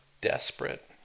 desperate